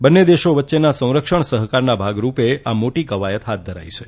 બંને દેશો વચ્ચેના સંરક્ષણ સહકારના ભાગરૂપે આ મોટી કવાયત હાથ ધરાઈ છે